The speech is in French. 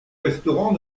restaurant